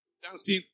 dancing